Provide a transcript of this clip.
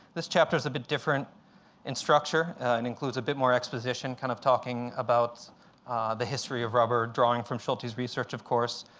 this chapter is a bit different in structure. it and includes a bit more exposition, kind of talking about the history of rubber, drawing from schultes' research, of course.